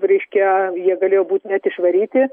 reiškia jie galėjo būt net išvaryti